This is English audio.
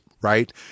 right